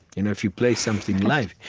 you know if you play something live,